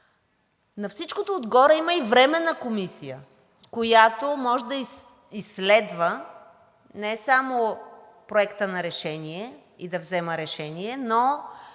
На всичкото отгоре има Временна комисия, която може да изследва не само Проекта на решение и да взема решения, но